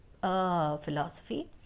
philosophy